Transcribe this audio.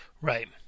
Right